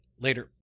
Later